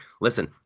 Listen